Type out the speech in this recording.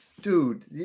Dude